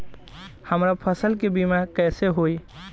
हमरा फसल के बीमा कैसे होई?